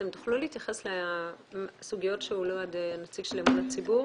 אתם תוכלו להתייחס לסוגיות שהועלו על ידי נציג אמון הציבור?